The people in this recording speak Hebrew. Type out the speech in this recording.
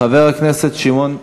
חבר הכנסת שמעון,